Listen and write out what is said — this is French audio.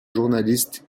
journaliste